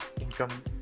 income